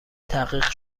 تحقیق